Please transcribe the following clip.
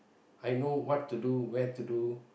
I know what to do where to do